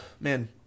Man